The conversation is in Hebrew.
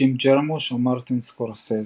ג'ים ג'ארמוש ומרטין סקורסזה.